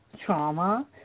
trauma